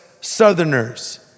Southerners